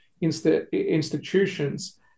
institutions